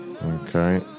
okay